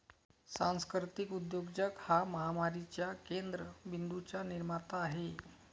सांस्कृतिक उद्योजक हा महामारीच्या केंद्र बिंदूंचा निर्माता आहे